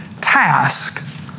task